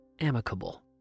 amicable